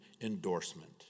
endorsement